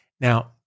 Now